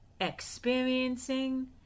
experiencing